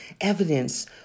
evidence